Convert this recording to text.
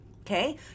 okay